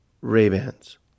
Ray-Bans